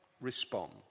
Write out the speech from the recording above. Respond